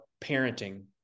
parenting